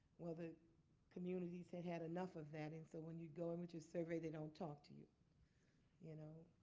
well, the communities had had enough of that. and so when you go in with your survey, they don't talk to you you know.